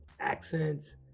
accents